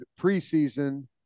preseason